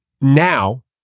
now